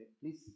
Please